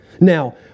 Now